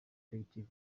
detective